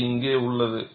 அது இங்கே உள்ளது